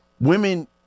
Women